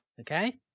okay